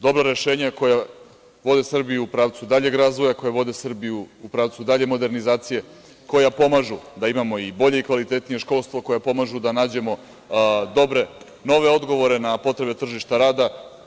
Dobra rešenja koja vode Srbiju u pravcu daljeg razvoja, koja vode Srbiju u pravcu dalje modernizacije, koja pomažu da imamo i bolji i kvalitetnije školstvo, koja pomažu da nađemo dobre, nove odgovore na potrebe tržišta rada.